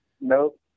Nope